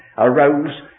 arose